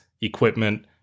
equipment